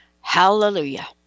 Hallelujah